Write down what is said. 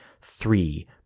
three